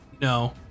No